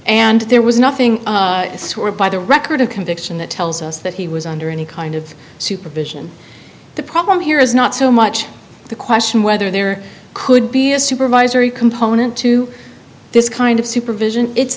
and there was nothing swear by the record of conviction that tells us that he was under any kind of supervision the problem here is not so much the question whether there could be a supervisory component to this kind of supervision it's